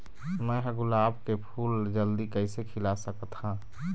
मैं ह गुलाब के फूल ला जल्दी कइसे खिला सकथ हा?